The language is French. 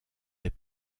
des